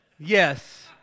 Yes